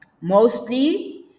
mostly